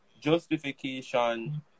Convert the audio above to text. justification